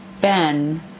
Ben